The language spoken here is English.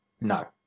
No